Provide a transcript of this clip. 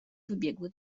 wybiegły